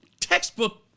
textbook